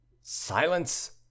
Silence